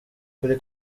kuri